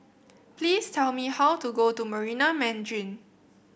please tell me how to go to Marina Mandarin